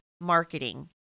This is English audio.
marketing